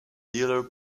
dealer